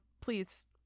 please